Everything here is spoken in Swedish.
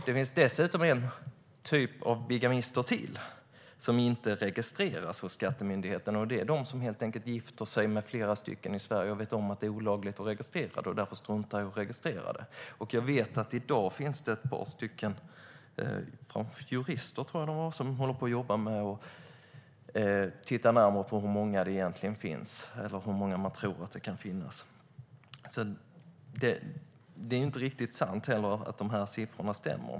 Det finns dessutom en typ av bigamister som inte registreras hos Skatteverket, och det är de som helt enkelt gifter sig med flera i Sverige och vet om att det är olagligt att registrera det och därför struntar i att göra det. Jag vet att det i dag finns ett par jurister, tror jag att det var, som jobbar med att titta närmare på hur många det kan finnas. Det är inte riktigt sant heller att de här siffrorna stämmer.